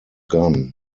gone